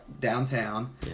downtown